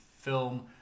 film